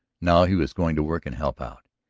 now he was going to work and help out.